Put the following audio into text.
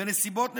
בנסיבות נתונות,